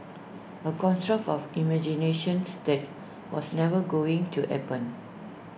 A construct of imaginations that was never going to happen